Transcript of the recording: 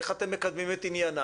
איך אתם מקדמים את עניינם,